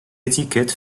étiquette